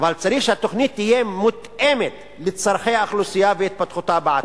אבל צריך שהתוכנית תהיה מותאמת לצורכי האוכלוסייה ולהתפתחותה בעתיד,